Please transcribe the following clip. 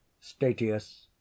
Statius